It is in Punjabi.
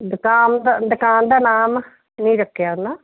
ਦਕਾਮ ਦਾ ਦੁਕਾਨ ਦਾ ਨਾਮ ਨਹੀਂ ਰੱਖਿਆ ਉਹਨਾਂ